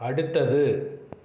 அடுத்தது